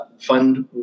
fund